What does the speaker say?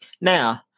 Now